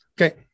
Okay